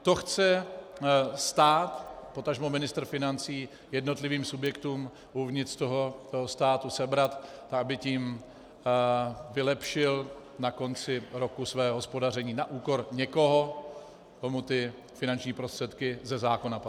To chce stát, potažmo ministr financí jednotlivým subjektům uvnitř státu sebrat, aby tím vylepšil na konci roku své hospodaření na úkor někoho, komu finanční prostředky ze zákona patří.